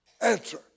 answer